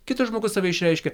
kitas žmogus save išreiškia